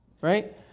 right